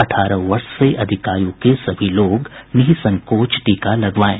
अठारह वर्ष से अधिक आयु के सभी लोग निःसंकोच टीका लगवाएं